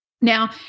Now